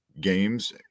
games